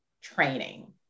training